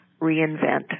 reinvent